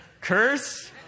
Curse